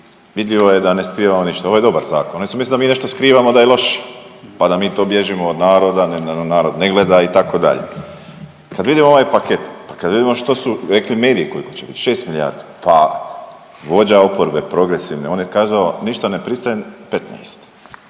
vidljivo je da ne skrivamo ništa. Ovo je dobar zakon, oni su mislili da mi nešto skrivamo, da je loše, pa da mi to bježimo od naroda, da nam narod ne gleda itd.. Kad vidimo ovaj paket, pa kad vidimo što su rekli mediji koliko će bit 6 milijardi, pa vođa oporbe progresivne on je kazao ništa ne pristajem 15,